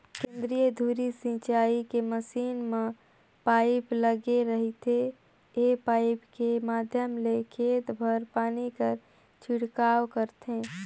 केंद्रीय धुरी सिंचई के मसीन म पाइप लगे रहिथे ए पाइप के माध्यम ले खेत भर पानी कर छिड़काव करथे